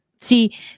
See